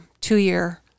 two-year